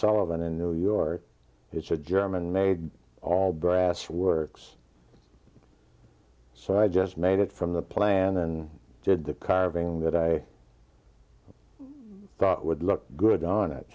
sullivan in new york it's a german made all brass works so i just made it from the plan and did the carving that i thought would look good on it